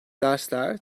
dersler